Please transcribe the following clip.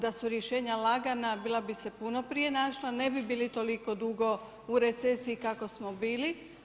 Da su rješenja lagana bila bi se puno prije našla, ne bi bili toliko dugo u recesiji kako smo bili.